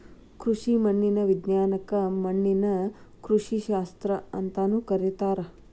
ಕೃಷಿ ಮಣ್ಣಿನ ವಿಜ್ಞಾನಕ್ಕ ಮಣ್ಣಿನ ಕೃಷಿಶಾಸ್ತ್ರ ಅಂತಾನೂ ಕರೇತಾರ